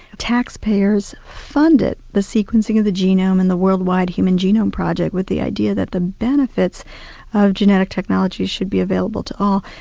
taxpayers, funded the sequencing of genome in the world wide human genome project with the idea that the benefits of genetic technology should be available to all.